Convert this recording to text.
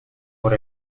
por